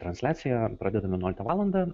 transliaciją pradedame vienuoliktą valandą